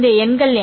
இந்த எண்கள் என்ன